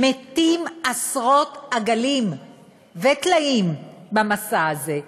מתים עשרות עגלים וטלאים במסע הזה.